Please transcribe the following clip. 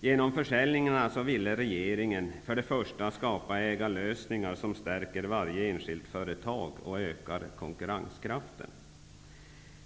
Genom dessa försäljningar vill regeringen för det första skapa ägarlösningar som stärker varje enskilt företag och ökar konkurrenskraften.